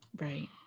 Right